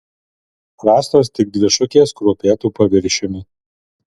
rastos tik dvi šukės kruopėtu paviršiumi